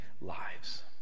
lives